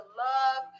love